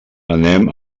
anem